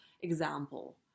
example